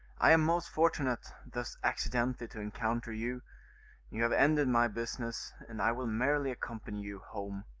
i am most fortunate thus accidentally to encounter you you have ended my business, and i will merrily accompany you home.